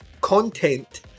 content